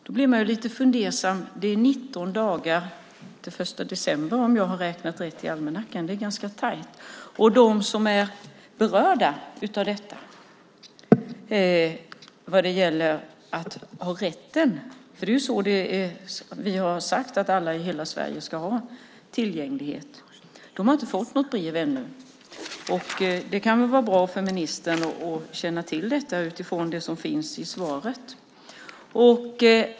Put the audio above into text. Då blir man ju lite fundersam, för det är 19 dagar till den 1 december, och det är ganska tajt. De som är berörda av detta - vi har ju sagt att alla i hela Sverige ska ha tillgänglighet - har ännu inte fått något brev. Det kan vara bra för ministern att känna till detta utifrån det som står i svaret.